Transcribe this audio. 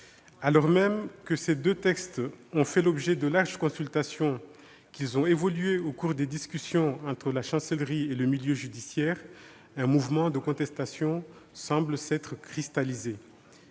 Alors même que ces deux textes ont fait l'objet de larges consultations, qu'ils ont évolué au cours des discussions entre la Chancellerie et le milieu judiciaire, un mouvement de contestation semble s'être cristallisé.